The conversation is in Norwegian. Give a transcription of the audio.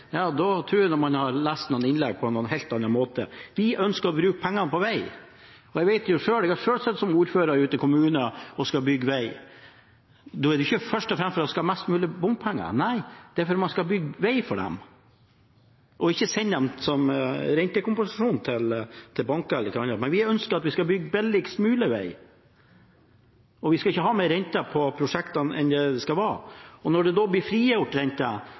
ja, da tror jeg man har lest noen innlegg på en helt annen måte. Vi ønsker å bruke pengene på vei. Jeg vet det selv, jeg har selv sittet som ordfører ute i kommunen og skal bygge vei. Da er det ikke først og fremst for at man skal ha mest mulig bompenger. Nei, det er for at man skal bygge vei for dem, og ikke sende dem som rentekompensasjon til banker eller til andre. Men vi ønsker at vi skal bygge billigst mulig vei. Og vi skal ikke ha mer renter på prosjektene enn det det skal være. Og når det da blir frigjort